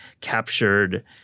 captured